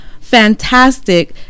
fantastic